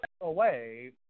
away